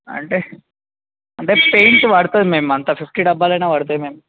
అంటే అంటే పెయింట్ పడుతుంది మ్యామ్ అంతా ఫిఫ్టీ డబ్బాలైనా పడతాయి మ్యామ్